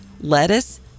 lettuce